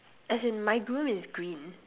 as in my groom is green